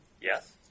Yes